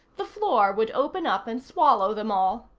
the floor would open up and swallow them all.